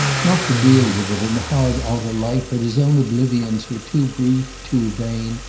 not to deal with it in the hard outer light but his own oblivions were too brief, too vain,